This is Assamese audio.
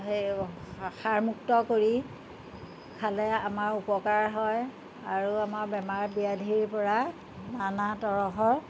সেই সাৰমুক্ত কৰি খালে আমাৰ উপকাৰ হয় আৰু আমাৰ বেমাৰ ব্যাধি পৰা নানা